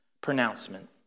pronouncement